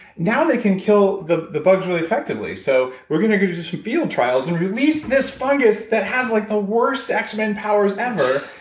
now, they can kill the the bugs really effectively, so we're gonna go do some field trials and release this fungus, that has like the worst x men powers ever,